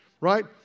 right